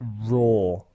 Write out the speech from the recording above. raw